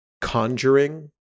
Conjuring